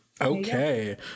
Okay